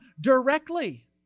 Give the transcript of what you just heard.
directly